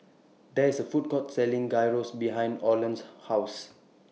There IS A Food Court Selling Gyros behind Oland's House